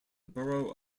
borough